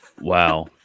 Wow